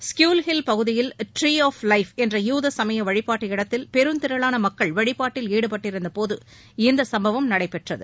squirrel Hill பகுதியில் Tree of Life என்ற யூத சமய வழிபாட்டு இடத்தில் பெருந்திரளான மக்கள் வழிபாட்டில் ஈடுபட்டிருந்த போது இந்த சம்பவம் நடைபெற்றது